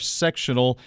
sectional